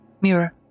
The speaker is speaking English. Mirror